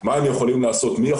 הם או החברים שלהם, בשטח הם פשוט